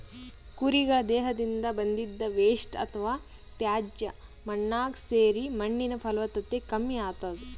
ಕುರಿಗಳ್ ದೇಹದಿಂದ್ ಬಂದಿದ್ದ್ ವೇಸ್ಟ್ ಅಥವಾ ತ್ಯಾಜ್ಯ ಮಣ್ಣಾಗ್ ಸೇರಿ ಮಣ್ಣಿನ್ ಫಲವತ್ತತೆ ಕಮ್ಮಿ ಆತದ್